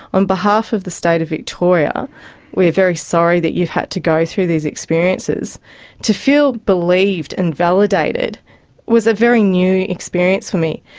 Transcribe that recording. on behalf of the state of victoria we are very sorry that you've had to go through these experiences to feel believed and validated was a very new experience for me.